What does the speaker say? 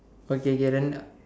okay K then